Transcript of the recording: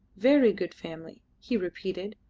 very good family, he repeated,